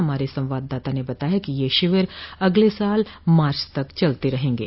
हमारे संवाददाता ने बताया है कि यह शिविर अगले साल मार्च तक चलते रहगे